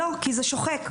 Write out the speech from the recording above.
לא, כי זה שוחק.